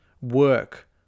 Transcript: work